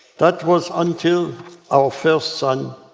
that was until our first son,